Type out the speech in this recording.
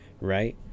Right